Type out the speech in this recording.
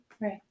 right